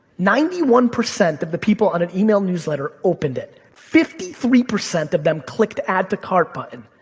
ninety one percent of the people on an e-mail newsletter opened it. fifty three percent of them clicked add to cart button.